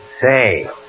Say